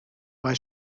bei